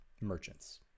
merchants